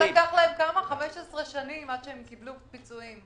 לקח להם 15 שנים עד שהם קיבלו פיצויים.